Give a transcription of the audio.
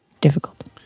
difficult